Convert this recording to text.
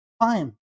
time